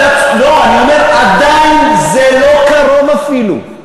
לא, אני אומר, עדיין זה לא קרוב אפילו,